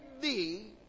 thee